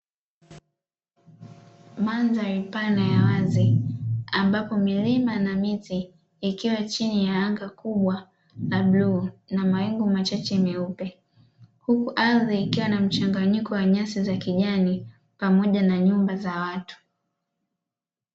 Mandhari pana ya wazi ambapo milima na miti ikiwa chini ya anga kubwa la bluu na mawingu machache meupe, huku ardhi ikiwa na mchanganyiko wa nyasi za kijani pamoja na nyumba za watu.